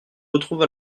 retrouve